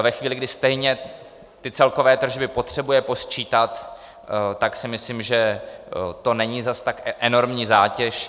Ve chvíli, kdy stejně celkové tržby potřebuje posčítat, tak si myslím, že to není zas tak enormní zátěž.